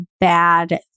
bad